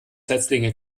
setzlinge